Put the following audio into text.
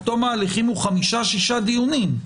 תום ההליכים הוא חמישה-שישה דיונים.